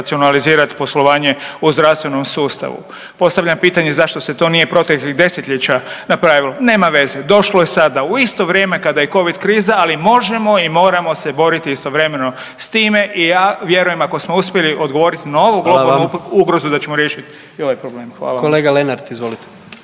poslovanje u zdravstvenom sustavu. Postavljam pitanje zašto se to nije proteklih desetljeća napravilo? Nema veze, došlo je sada u isto vrijeme kada i Covid kriza, ali možemo i moramo se boriti istovremeno s time i ja vjerujem ako smo uspjeli odgovoriti na ovu globalnu ugrozu …/Upadica: Hvala./… da ćemo riješiti i ovaj problem. Hvala vam. **Jandroković,